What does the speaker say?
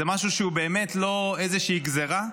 זה משהו שהוא באמת לא איזו שהיא גזירה,